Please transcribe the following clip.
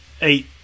eight